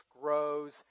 grows